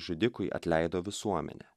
žudikui atleido visuomenė